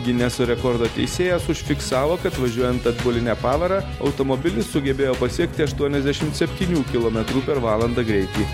gineso rekordo teisėjas užfiksavo kad važiuojant atbuline pavara automobilis sugebėjo pasiekti aštuoniasdešimt septynių kilometrų per valandą greitį